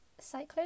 Cyclone